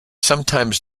sometimes